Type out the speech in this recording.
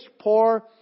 poor